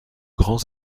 grands